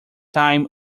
time